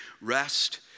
Rest